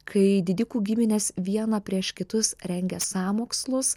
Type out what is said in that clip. kai didikų giminės viena prieš kitus rengia sąmokslus